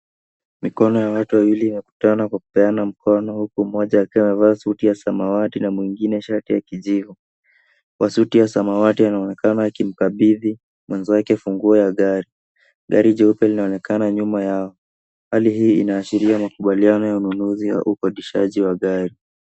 Mikono ya watu wawili imekutana kwa kupeana mkono huku mmoja akiwa amevaa suti ya samawati na mwingine shati ya kijivu. Wa suti ya samawati anaonekana akimkabithi mwanzake funguwa ya gari. Gari jeupe linaonekana nyuma yao. Hali hii inashiria makubaliano ya ununuzi au ukodishaji wa gari.